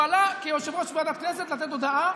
הוא עלה כיושב-ראש ועדת הכנסת לתת הודעה,